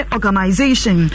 Organization